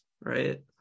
right